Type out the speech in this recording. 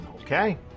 Okay